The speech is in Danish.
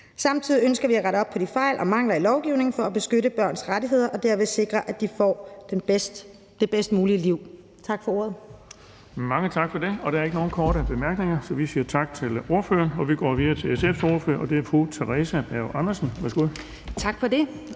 Samtidig ønsker vi at rette op på fejl og mangler i lovgivningen for at beskytte børns rettigheder og derved sikre, at de får det bedst mulige liv. Tak for ordet. Kl. 10:12 Den fg. formand (Erling Bonnesen): Der er ikke nogen korte bemærkninger, så vi siger tak til ordføreren. Vi går videre til SF's ordfører, og det er fru Theresa Berg Andersen. Værsgo. Kl.